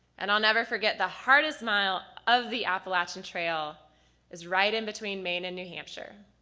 and i'll never forget the hardest mile of the appalachian trail is right in between maine and new hampshire.